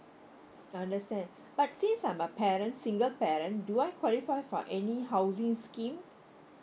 understand but since I'm a parent single parent do I qualify for any housing scheme